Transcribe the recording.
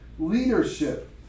Leadership